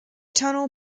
tunnel